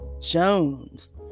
Jones